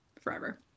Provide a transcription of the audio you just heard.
forever